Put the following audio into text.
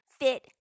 fit